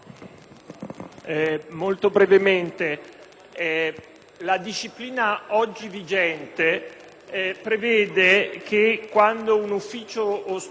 la disciplina oggi vigente prevede che, quando un ufficio o struttura sia in situazione di grave